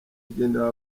igenewe